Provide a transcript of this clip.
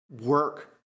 work